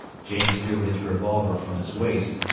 james drew his revolver from his waist,